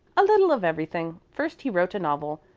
a little of everything. first he wrote a novel.